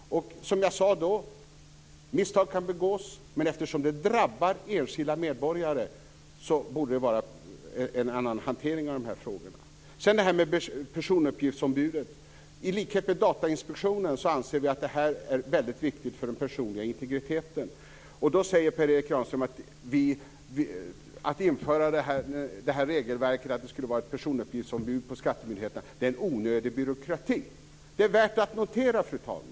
Som jag sagt kan misstag begås, men eftersom de drabbar enskilda medborgare borde det vara en annan hantering av dessa frågor. Vad sedan gäller personuppgiftsombudet anser vi i likhet med Datainspektionen att det är väldigt viktigt för den personliga integriteten. Per Erik Granström säger att ett införande av ett regelverk om ett personuppgiftsombud på skattemyndigheten innebär onödig byråkrati. Detta är värt att notera, fru talman.